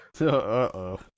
Uh-oh